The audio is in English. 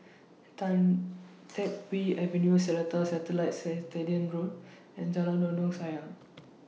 Tan Teck Whye Avenue Seletar Satellite Road and Jalan Dondang Sayang